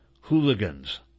hooligans